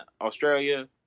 Australia